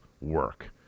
work